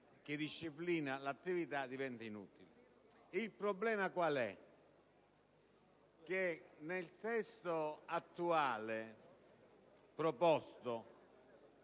che disciplina l'attività, diventa inutile. Il problema è che nel testo attuale è